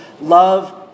love